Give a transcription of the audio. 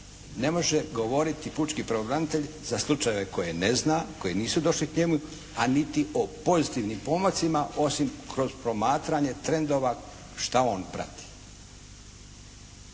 Ne može govoriti pučki pravobranitelj za slučajeve koje ne zna, koji nisu došli k njemu, a niti o pozitivnim pomacima osim kroz promatranje trendova šta on prati.